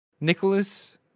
nicholas